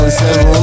seven